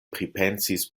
pripensis